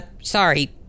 sorry